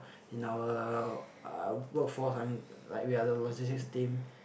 in our um workforce um like we are the logistics team